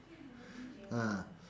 ah